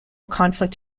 conflict